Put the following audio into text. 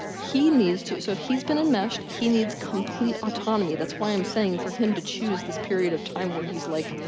he needs to, so if he's been enmeshed, he needs complete autonomy. that's why i'm saying, for him to choose this period of time where he's like,